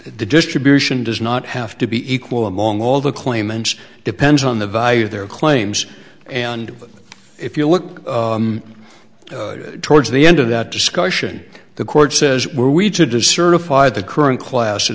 the distribution does not have to be equal among all the claimants depends on the value of their claims and if you look towards the end of that discussion the court says were we to do certify the current class